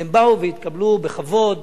והם באו והתקבלו בכבוד